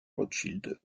rothschild